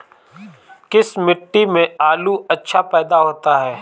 किस मिट्टी में आलू अच्छा पैदा होता है?